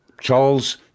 Charles